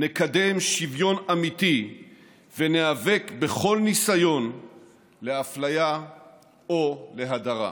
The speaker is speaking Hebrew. נקדם שוויון אמיתי וניאבק בכל ניסיון לאפליה או להדרה.